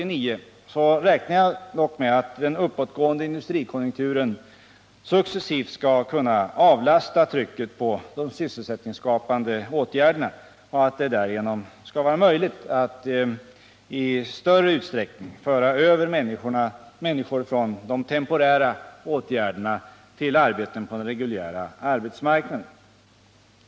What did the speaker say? Emellertid räknar jag med att den uppåtgående industrikonjunkturen under 1979 successivt skall kunna minska behovet av sysselsättningsskapande åtgärder, så att det i större utsträckning blir möjligt att föra över människor från temporära arbeten till arbeten på den reguljära arbetsmarknaden.